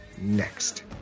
Next